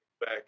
back